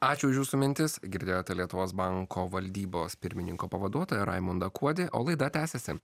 ačiū už jūsų mintis girdėjote lietuvos banko valdybos pirmininko pavaduotoją raimundą kuodį o laida tęsiasi